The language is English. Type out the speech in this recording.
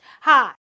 Hi